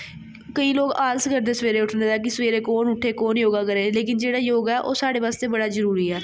केईं लोक आलस करदे सवेरै उट्ठने दा सवैरे कु'न उट्ठै कु'न योगा करै लेकिन जेह्ड़ा योगा ऐ साढ़े बास्तै बड़ा जरुरी ऐ